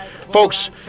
Folks